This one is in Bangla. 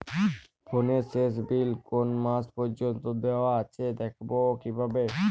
ফোনের শেষ বিল কোন মাস পর্যন্ত দেওয়া আছে দেখবো কিভাবে?